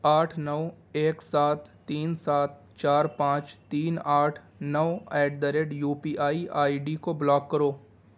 آٹھ نو ایک سات تین سات چار پانچ تین آٹھ نو at the rate U P I I D کو بلاک کرو